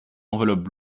enveloppes